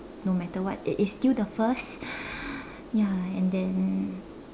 no matter what it is still the first ya and then